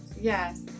Yes